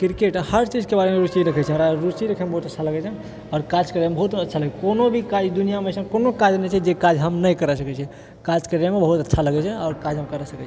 cricket हर चीज के बारेमे रूचि रखै छियै हमरा रूचि रखैमे बहुत अच्छा लागै छै आओर काज करैमे बहुत अच्छा लागैछै कोनो भी काज दुनियामे अइसन कोनो काज नहि छै जे काज हम नहि करऽ सकै छियै काज करैमे बहुत अच्छा लगै छै आओर काज हम करऽ सकै